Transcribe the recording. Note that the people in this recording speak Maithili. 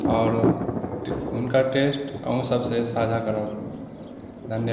आओर हुनकर टेस्ट अहुँ सभसे साझा करब धन्यवाद